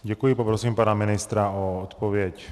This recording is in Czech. Děkuji a poprosím pana ministra o odpověď.